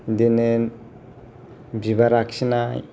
बिदिनो बिबार आखिनाय